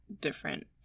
different